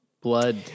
blood